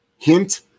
Hint